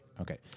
Okay